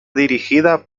dirigida